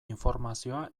informazioa